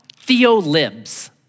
theolibs